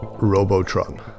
Robotron